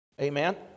Amen